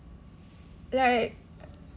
like